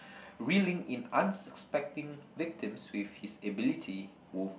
reeling in unsuspecting victims with his ability wolf